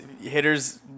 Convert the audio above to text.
hitters